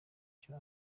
icyo